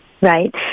right